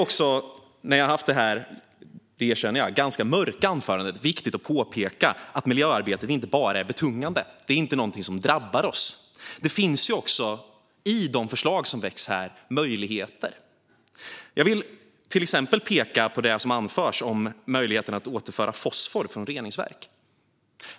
Nu när jag har haft detta - det erkänner jag - ganska mörka anförande är det viktigt att påpeka att miljöarbetet inte bara är betungande och något som drabbar oss. Det finns också möjligheter i de förslag som väcks här. Jag vill till exempel peka på det som anförs om möjligheten att återföra fosfor från reningsverk.